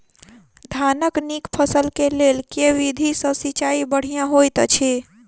धानक नीक फसल केँ लेल केँ विधि सँ सिंचाई बढ़िया होइत अछि?